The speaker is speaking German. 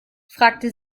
fragte